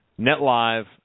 NetLive